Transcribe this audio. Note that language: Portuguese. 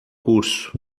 curso